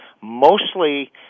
mostly